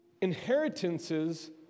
inheritances